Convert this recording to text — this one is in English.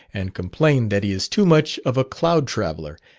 and complain that he is too much of a cloud-traveller,